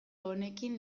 honekin